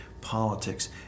politics